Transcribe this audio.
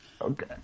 Okay